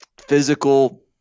physical